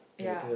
ya